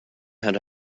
had